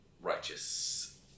righteous